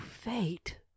fate